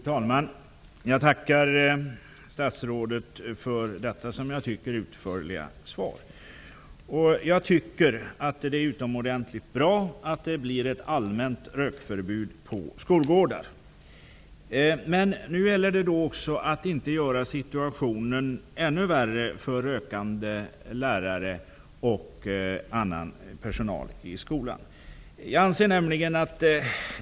Fru talman! Jag tackar statsrådet för detta utförliga svar. Det är utomordentligt bra att det blir ett allmänt rökförbud på skolgårdar. Men det gäller nu att inte försvåra situationen för rökande lärare och annan personal i skolan.